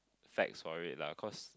facts for it lah cause